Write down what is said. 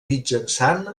mitjançant